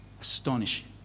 Astonishing